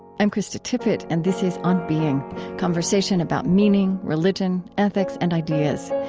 i'm krista tippett, and this is on being conversation about meaning, religion, ethics, and ideas.